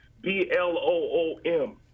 B-L-O-O-M